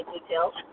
details